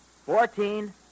Fourteen